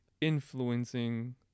influencing